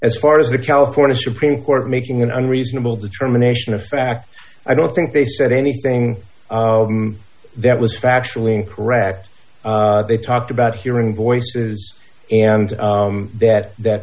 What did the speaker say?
as far as the california supreme court making an unreasonable determination of fact i don't think they said anything that was factually incorrect they talked about hearing voices and that that